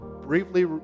briefly